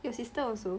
your sister also